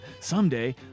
someday